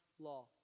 law